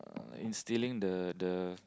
instilling the the